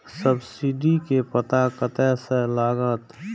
Subsidy के पता कतय से लागत?